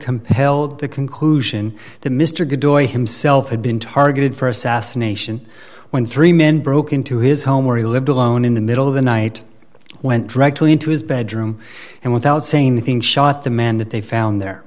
compelled the conclusion that mr good boy himself had been targeted for assassination when three men broke into his home where he lived alone in the middle of the night went directly into his bedroom and without saying anything shot the man that they found there